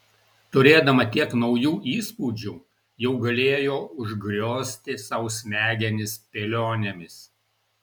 turėdama tiek naujų įspūdžių jau galėjo užgriozti sau smegenis spėlionėmis